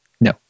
No